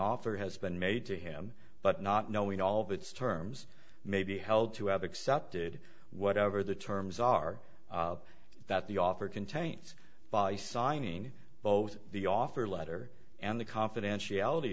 offer has been made to him but not knowing all of its terms may be held to have accepted whatever the terms are that the offer contains by signing both the offer letter and the confidentiality